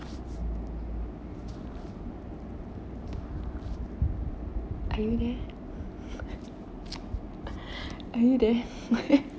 are you there are you there